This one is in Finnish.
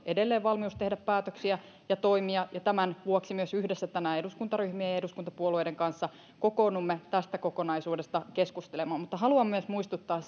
edelleen valmius tehdä päätöksiä ja toimia ja tämän vuoksi myös yhdessä tänään eduskuntaryhmien ja eduskuntapuolueiden kanssa kokoonnumme tästä kokonaisuudesta keskustelemaan haluan myös muistuttaa